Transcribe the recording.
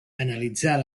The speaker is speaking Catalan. analitzar